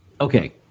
okay